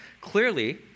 clearly